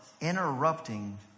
interrupting